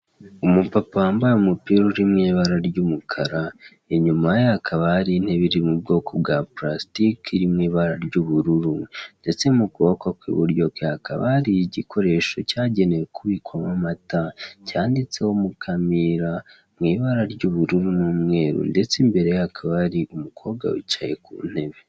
Umupapa wambaye umupira uri mu ibara ry'umukara, inyuma ye hakaba hari ntebe iri mu bwoko bwa parasitike, iri mu ibara ry'ubururu. Ndetse mu kuboko kw'iburyo kwe hakaba hari igikoresho cyagenewe kubikwamo amata, cyanditseho Mukamira, mu ibara ry'ubururu n'umweru, ndetse imbere ye hakaba hari umukobwa wicaye ku ntebe.